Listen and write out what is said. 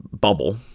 bubble